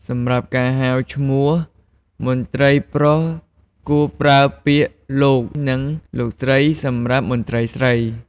សម្រាប់ការហៅឈ្មោះ មន្ត្រីប្រុសគួរប្រើពាក្យ "លោក" និង "លោកស្រី" សម្រាប់មន្ត្រីស្រី។